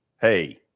Hey